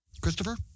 Christopher